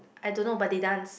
I don't know but they dance